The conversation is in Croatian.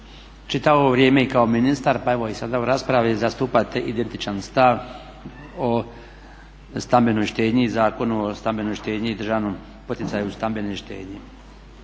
čitavo vrijeme i kao ministar pa evo i sada u raspravi zastupate identičan stav o stambenoj štednji i Zakonu o stambenoj štednji i državnom poticaju stambene štednje.